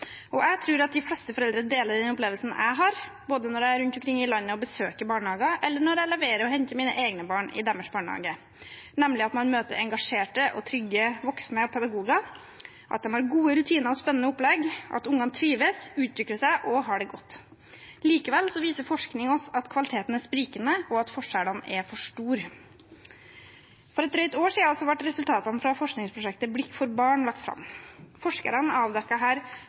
Jeg tror de fleste foreldre deler den opplevelsen jeg har, både når jeg er rundt omkring i landet og besøker barnehager, eller når jeg leverer og henter mine egne barn i deres barnehage, nemlig at man møter engasjerte og trygge voksne og pedagoger, at de har gode rutiner og spennende opplegg, og at ungene trives, utvikler seg og har det godt. Likevel viser forskning oss at kvaliteten er sprikende, og at forskjellene er for store. For et drøyt år siden ble resultatene fra forskningsprosjektet «Blikk for barn» lagt fram. Forskerne avdekket her